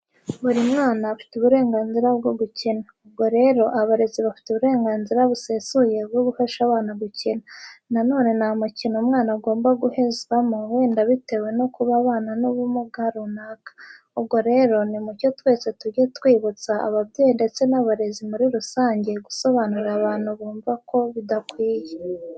Buri mwana afite uburenganzira bwo gukina. Ubwo rero abarezi bafite uburenganzira busesuye bwo gufasha abana gukina. Na none nta mukino umwana agomba guhezwamo wenda bitewe no kuba abana n'ubumuga runaka. Ubwo rero ni mucyo twese tujye twibutsa ababyeyi ndetse n'abarezi muri rusange, gusobanurira abantu bumva ko bidakwiye.